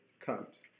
comes